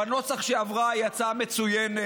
ובנוסח שהיא עברה היא הצעה מצוינת.